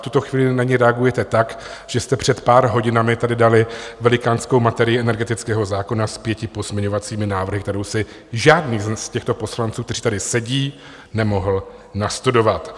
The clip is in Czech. V tuto chvíli na ni reagujete tak, že jste před pár hodinami tady dali velikánskou materii energetického zákona s pěti pozměňovacími návrhy, kterou si žádný z těchto poslanců, kteří tady sedí, nemohl nastudovat.